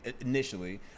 initially